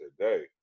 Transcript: today